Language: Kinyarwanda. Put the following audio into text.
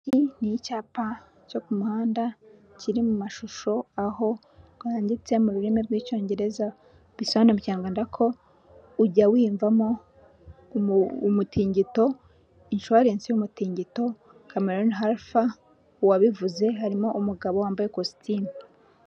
Iki ni icyapa cyo ku muhanda kiri mu mashusho aho wanditse mu rurimi rw'icyongereza bisobanu mu kinyarwanda ko ujya wiyumvamo umutingito y'umutingito? Cameroon harley, uwabivuze harimo umugabo wambaye ikositimu.